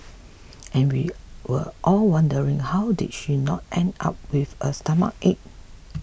and we were all wondering how did she not end up with a stomachache